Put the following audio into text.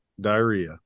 diarrhea